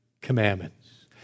commandments